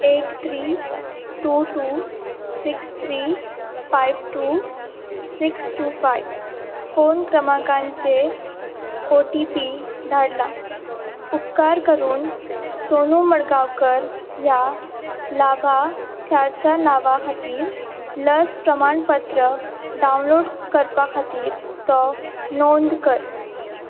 eight three two two six three five two six two five phone क्रमांकाचेर O T P धाडला उपकार करून सोनू मडगांवकर ह्या लाभार्थ्याच्या नांवा खातीर लस प्रमाणपत्र डावनलोड करपा खातीर तो नोंद कर